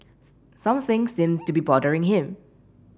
something seems to be bothering him